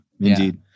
indeed